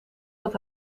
dat